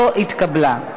לא התקבלה.